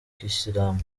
kiyisilamu